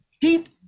deep